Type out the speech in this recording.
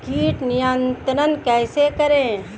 कीट नियंत्रण कैसे करें?